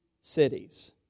cities